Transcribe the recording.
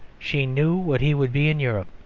she knew what he would be in europe.